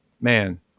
man